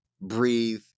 breathe